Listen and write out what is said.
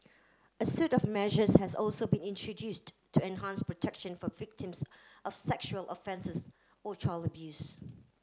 a suite of measures has also been introduced to enhance protection for victims of sexual offences or child abuse